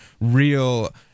real